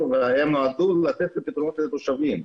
והן נועדו לתת את הפתרונות לתושבים.